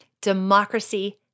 Democracy